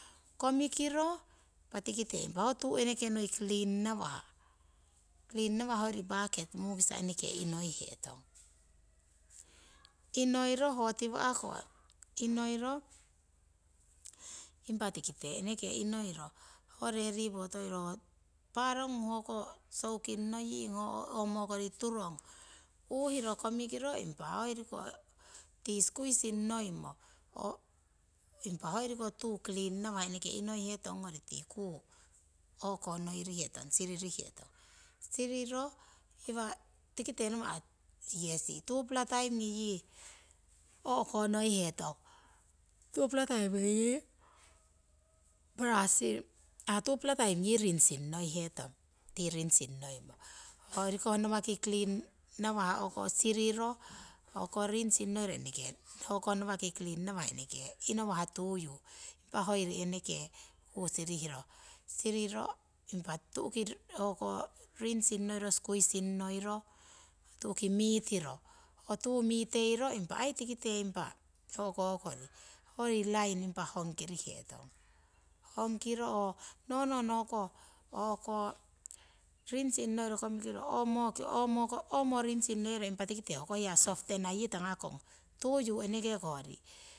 Komikiro impa eneke ho tu noi clean nawah hoiri bucket mukisa'h inoihetong, inoiro komikino hoko omokon turong ti uhirokomikiro ti squeezing ngoimo impa hoiriko tu clean ngawah eneke inoihetong ti ku simrihetong. Simro impa nawah yesi tupla time ngi yi rinsing ngoihetong, ti rinsing noimo. Hoiri koh nawaki clean nawah siriro rinsing noiro eneke hoko nawaki clean naawah eneke inowah tuyu impu eneke tioim tu'ki ku siriro rinsing ngoiro, squeezin noiro, ho tu miteiro, impa ai tikite hoiri line hongkihetong, or nonohno rinsing noiro komikiro hoko hiya softener yi tungukong.